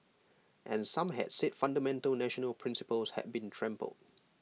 and some had said fundamental national principles had been trampled